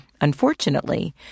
Unfortunately